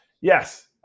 yes